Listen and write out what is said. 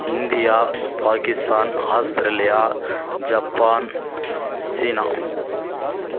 India Pakistan Australia Japan China